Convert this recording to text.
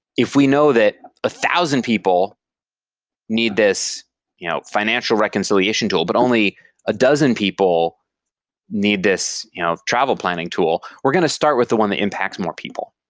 if we know that a thousand people need this you know financial reconciliation tool, but only a dozen people need this you know travel planning tool, we're going to start with the one that impacts more people.